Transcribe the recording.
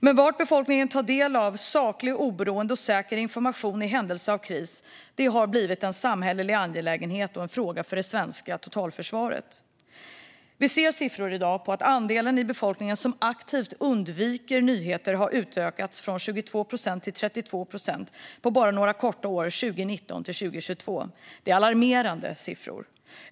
Men var befolkningen tar del av saklig, oberoende och säker information i händelse av kris har blivit en samhällelig angelägenhet och en fråga för det svenska totalförsvaret. Vi ser siffror i dag på att andelen i befolkningen som aktivt undviker nyheter har ökat från 22 procent till 32 procent 2022 på bara några få år - 2019 till 2022. Det är alarmerande siffror.